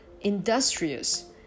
industrious